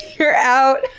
you're out!